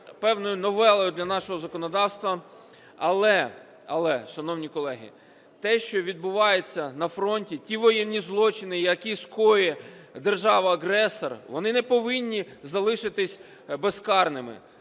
певною новелою для нашого законодавства. Але, шановні колеги, те, що відбувається на фронті, ті воєнні злочини, які скоює держава-агресор, вони не повинні залишитись безкарними.